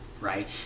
right